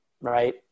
right